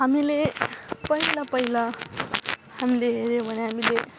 हामीले पहिला पहिला हामीले हेऱ्यौँ भने हामीले